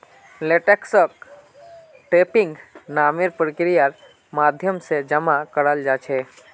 लेटेक्सक टैपिंग नामेर प्रक्रियार माध्यम से जमा कराल जा छे